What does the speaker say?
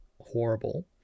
horrible